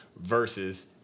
versus